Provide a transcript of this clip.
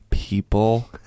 People